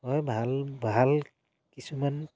হয় ভাল ভাল কিছুমান